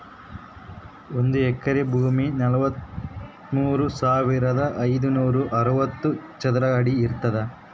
ಒಂದ್ ಎಕರಿ ಭೂಮಿ ನಲವತ್ಮೂರು ಸಾವಿರದ ಐನೂರ ಅರವತ್ತು ಚದರ ಅಡಿ ಇರ್ತದ